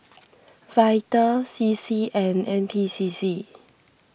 Vital C C and N P C C